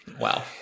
Wow